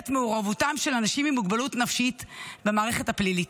מעורבותם של אנשים עם מוגבלות נפשית במערכת הפלילית.